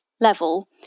level